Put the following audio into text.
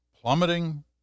plummeting